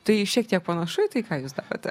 tai šiek tiek panašu į tai ką jūs darote